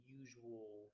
usual